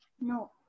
No